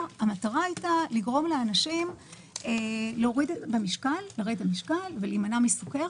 המטרה הייתה לגרום לאנשים לרדת במשקל ולהימנע מסוכרת,